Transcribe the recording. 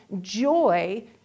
joy